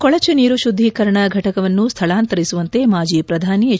ಕೊಳಚೆ ನೀರು ಶುದ್ದೀಕರಣ ಫಟಕವನ್ನು ಸ್ಥಳಾಂತರಿಸುವಂತೆ ಮಾಜಿ ಪ್ರಧಾನಿ ಹೆಚ್